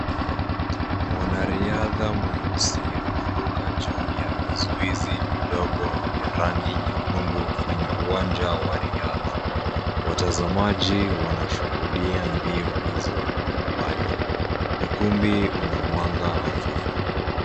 Mwanariadha mweusi anaruka juu ya vizuizi vidogo vya rangi nyekundu kwenye uwanja wa riadha. Watazamaji wanashuhudia mbio hizo kwa umbali. Ukumbi una mwanga hafifu.